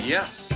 Yes